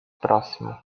próximo